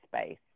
space